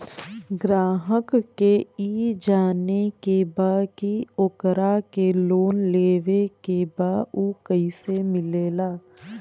ग्राहक के ई जाने के बा की ओकरा के लोन लेवे के बा ऊ कैसे मिलेला?